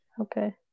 okay